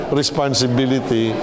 responsibility